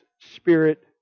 spirit